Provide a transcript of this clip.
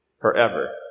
forever